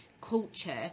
culture